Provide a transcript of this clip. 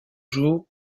jours